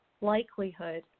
likelihood